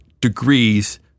degrees